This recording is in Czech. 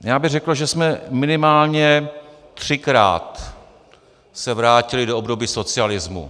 Já bych řekl, že jsme se minimálně třikrát vrátili do období socialismu.